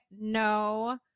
No